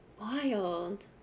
Wild